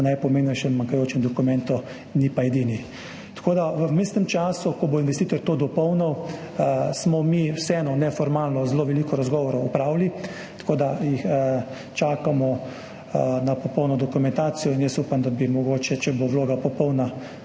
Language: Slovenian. najpomembnejšem manjkajočem dokumentu, ni pa edini. V vmesnem času, ko bo investitor to dopolnil, smo mi vseeno neformalno zelo veliko razgovorov opravili. Tako da čakamo na popolno dokumentacijo in upam, da bi, če bo vloga popolna,